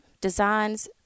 designs